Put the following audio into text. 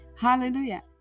Hallelujah